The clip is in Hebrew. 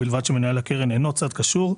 ובלבד שמנהל הקרן אינו צד קשור,